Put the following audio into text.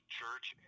church